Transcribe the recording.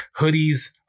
hoodies